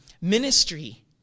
ministry